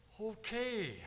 Okay